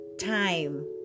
time